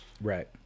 right